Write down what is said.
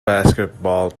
basketball